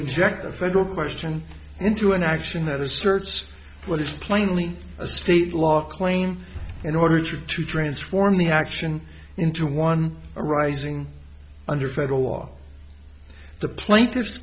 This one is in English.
inject a federal question into an action that asserts what is plainly a state law claim in order to transform the action into one arising under federal law the plaintiffs